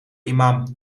imam